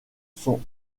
sont